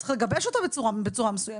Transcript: צריך לגבש אותה בצורה מסוימת.